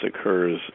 occurs